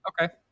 Okay